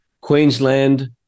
queensland